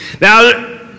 Now